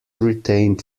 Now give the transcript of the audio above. retained